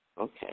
Okay